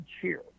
cheer